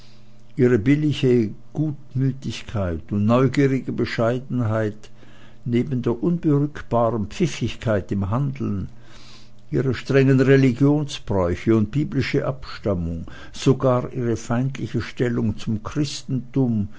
ihre billige gutmütigkeit und neugierige bescheidenheit neben der unberückbaren pfiffigkeit im handeln ihre strengen religionsgebräuche und biblische abstammung sogar ihre feindliche stellung zum christentum